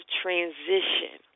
transition